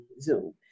Zoom